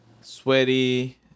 sweaty